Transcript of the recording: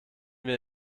wir